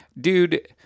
Dude